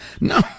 No